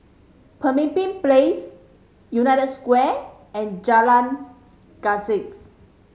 Pemimpin Place United Square and Jalan Janggus